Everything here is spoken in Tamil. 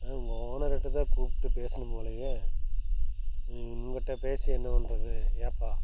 ஆ உங்கள் ஓனர் கிட்ட தான் கூப்பிட்டு பேசணும் போலேயே நீ உங்ககிட்ட பேசி என்ன பண்ணுறது ஏன்ப்பா